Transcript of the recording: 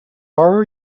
borrow